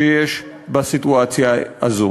שיש בסיטואציה הזאת.